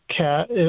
cat